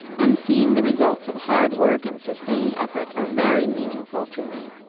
and seeing the results of hard work and sustained effort are very meaningful to me.